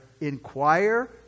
inquire